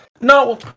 No